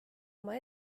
oma